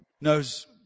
knows